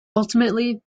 ultimately